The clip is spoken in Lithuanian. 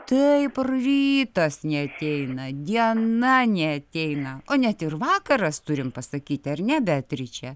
taip rytas neateina diena neateina o net ir vakaras turim pasakyti ar ne beatriče